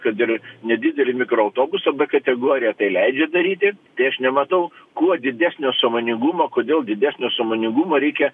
kad ir nedidelį mikroautobusą b kategorija tai leidžia daryti tai aš nematau kuo didesnio sąmoningumo kodėl didesnio sąmoningumo reikia